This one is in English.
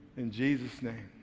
in jesus' name.